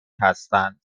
هستند